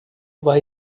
vai